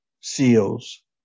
SEALs